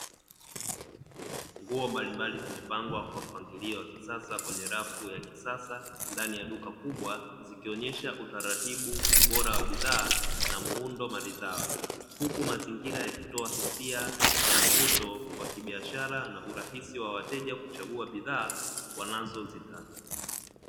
Nguo mbalimbali zimepangwa kwa mpangilio wa kisasa kwenye rafu ya kisasa ndani ya duka kubwa, zikionyesha utaratibu ubora wa bidhaa na muundo maridhawa. Huku mazingira yakitoa hisia ya mvuto wa kibiashara na urahisi wa wateja kuchagua bidhaa wanazozitaka.